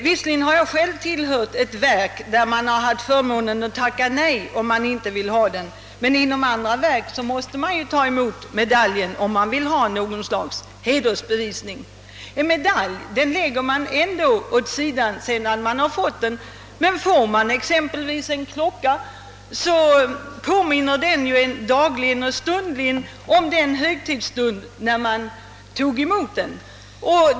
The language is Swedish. Visserligen har jag själv tillhört ett verk, där man har haft förmånen att tacka nej om man inte vill ha medaljen, men inom andra verk måste man ta emot medaljen om man vill ha en hedersbevisning. En medalj lägger man emellertid åt sidan när man har fått den, men får man en klocka påminner den en dagligen och stundligen om den högtidsstund då man erhöll den.